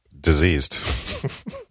diseased